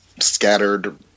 scattered